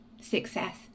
success